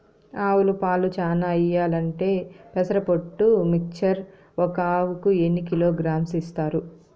ఆవులు పాలు చానా ఇయ్యాలంటే పెసర పొట్టు మిక్చర్ ఒక ఆవుకు ఎన్ని కిలోగ్రామ్స్ ఇస్తారు?